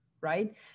right